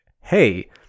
hey